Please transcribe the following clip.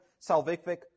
salvific